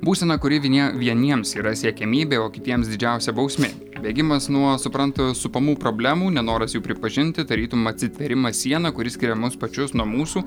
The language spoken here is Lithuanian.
būsena kuri vinie vieniems yra siekiamybė o kitiems didžiausia bausmė bėgimas nuo suprantu supamų problemų nenoras jų pripažinti tarytum atsitvėrimas siena kuri skiria mus pačius nuo mūsų